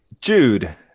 Jude